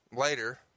later